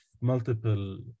multiple